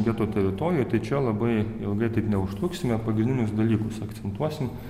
geto teritorijoj tai čia labai ilgai taip neužtruksime pagrindinius dalykus akcentuosim